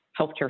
healthcare